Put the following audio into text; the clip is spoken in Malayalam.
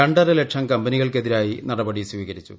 രണ്ടര ലക്ഷം കമ്പനികൾക്കെതിരായി നടപടി സ്വീകരിച്ചു